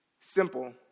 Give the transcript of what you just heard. Simple